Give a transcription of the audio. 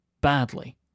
badly